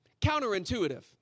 counterintuitive